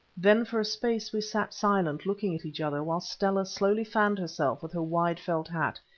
then for a space we sat silent, looking at each other, while stella slowly fanned herself with her wide felt hat,